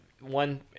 one